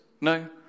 No